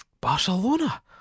Barcelona